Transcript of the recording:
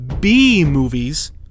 B-movies